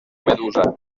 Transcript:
medusa